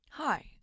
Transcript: Hi